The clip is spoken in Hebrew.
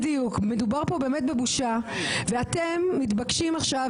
מדובר פה באמת בבושה ואתם מתבקשים עכשיו